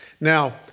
Now